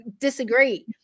disagree